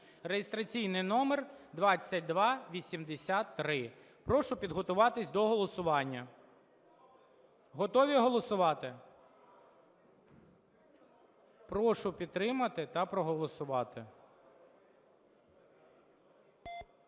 (реєстраційний номер 2283). Прошу підготуватись до голосування. Готові голосувати? Прошу підтримати та проголосувати.